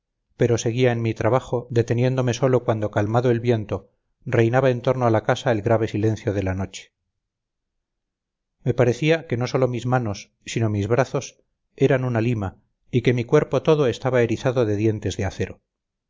pero seguía en mi trabajo deteniéndome sólo cuando calmado el viento reinaba en torno a la casa el grave silencio de la noche me parecía que no sólo mis manos sino mis brazos eran una lima y que mi cuerpo todo estaba erizado de dientes de acero